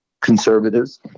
conservatives